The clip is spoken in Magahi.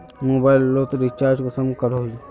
मोबाईल लोत रिचार्ज कुंसम करोही?